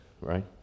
Right